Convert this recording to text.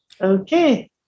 Okay